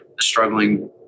struggling